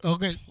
Okay